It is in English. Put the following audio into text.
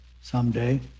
someday